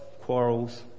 quarrels